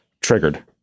triggered